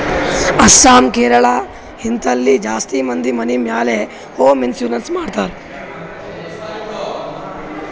ಅಸ್ಸಾಂ, ಕೇರಳ, ಹಿಂತಲ್ಲಿ ಜಾಸ್ತಿ ಮಂದಿ ಮನಿ ಮ್ಯಾಲ ಹೋಂ ಇನ್ಸೂರೆನ್ಸ್ ಮಾಡ್ತಾರ್